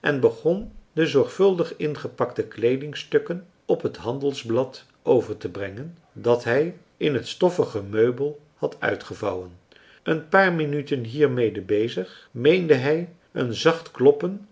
en begon de zorgvuldig ingepakte kleedingstukken op het handelsblad overtebrengen dat hij in het stoffige meubel had uitgevouwen een paar minuten hiermede bezig meende hij een zacht kloppen